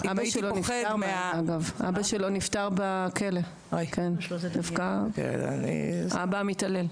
האבא שלו נפטר בכלא, אבא מתעלל.